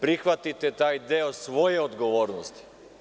Prihvatite taj deo svoje odgovornosti.